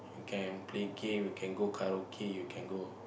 can play game can go karaoke you can go